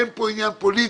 אין פה עניין פוליטי.